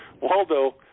Waldo